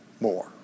more